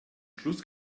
schluss